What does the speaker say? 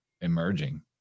emerging